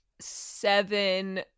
Seven